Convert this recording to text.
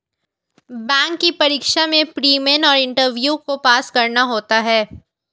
bank की परीक्षा में प्री, मेन और इंटरव्यू को पास करना होता है